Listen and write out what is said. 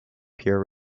peer